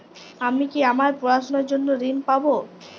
আমি কি আমার পড়াশোনার জন্য ঋণ পাব?